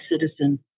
citizen